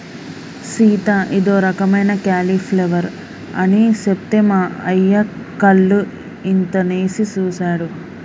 సీత ఇదో రకమైన క్యాలీఫ్లవర్ అని సెప్తే మా అయ్య కళ్ళు ఇంతనేసి సుసాడు